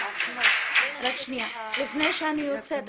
לומר שאם